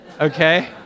okay